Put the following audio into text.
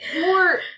more